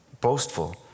boastful